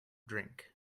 drink